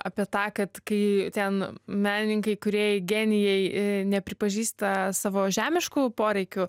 apie tą kad kai ten menininkai kūrėjai genijai nepripažįsta savo žemiškų poreikių